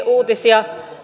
uutisia